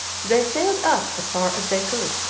they sailed up as far as they could,